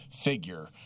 figure